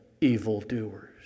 evildoers